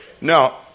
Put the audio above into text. Now